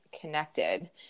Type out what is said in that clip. connected